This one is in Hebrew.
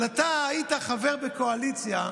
אבל אתה היית חבר בקואליציה.